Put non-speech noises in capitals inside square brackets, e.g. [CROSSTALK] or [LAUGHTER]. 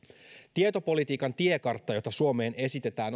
tietopolitiikan tiekartta jota suomeen esitetään [UNINTELLIGIBLE]